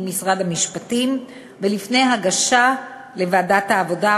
משרד המשפטים ולפני הגשה לוועדת העבודה,